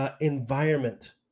environment